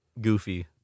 goofy